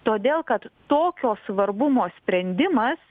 todėl kad tokio svarbumo sprendimas